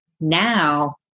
now